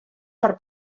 per